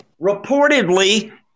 reportedly